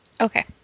Okay